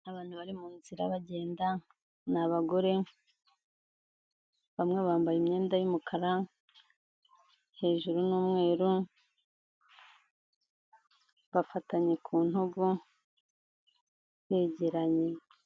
Abantu bari munzira bagenda, ni abagore, bamwe bambaye imyenda y'umukara, hejuru ni umweru, bafatanye ku ntugu, begeranye.